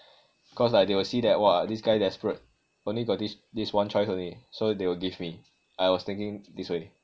cause like they will see that !wah! this guy desperate only got this this one choice only so they will give me I was thinking this way